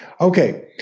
Okay